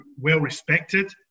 well-respected